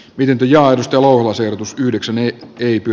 virpi ja arvostelua sijoitus yhdeksän ei kehity